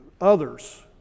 others